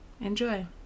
enjoy